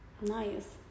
Nice